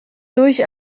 durch